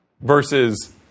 versus